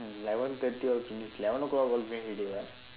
eleven thirty all finish eleven o'clock all finished already [what]